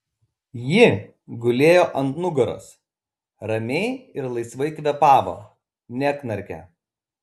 ji gulėjo ant nugaros ramiai ir laisvai kvėpavo neknarkė